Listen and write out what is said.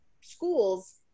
schools